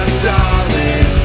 solid